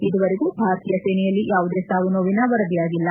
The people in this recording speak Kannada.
ಇದುವರೆಗೂ ಭಾರತೀಯ ಸೇನೆಯಲ್ಲಿ ಯಾವುದೇ ಸಾವು ನೋವಿನ ವರದಿಯಾಗಿಲ್ಲ